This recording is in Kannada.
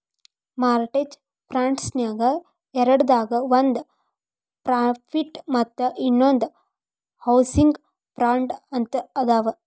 ಮಾರ್ಟೆಜ ಫ್ರಾಡ್ನ್ಯಾಗ ಎರಡದಾವ ಒಂದ್ ಪ್ರಾಫಿಟ್ ಮತ್ತ ಇನ್ನೊಂದ್ ಹೌಸಿಂಗ್ ಫ್ರಾಡ್ ಅಂತ ಅದಾವ